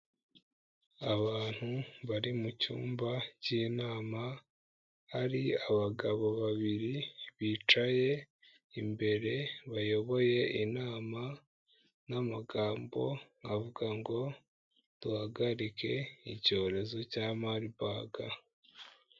Abantu bari mu cyumba cy'inama, hari abagabo babiri bicaye imbere bayoboye inama n'amagambo avuga ngo duhagarike icyorezo cya Marburg.